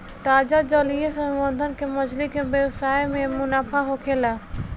ताजा जलीय संवर्धन से मछली के व्यवसाय में मुनाफा होखेला